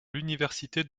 l’université